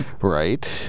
Right